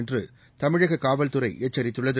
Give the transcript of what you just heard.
என்று தமிழக காவல்துறை எச்சரித்துள்ளது